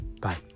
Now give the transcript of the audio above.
Bye